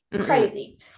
crazy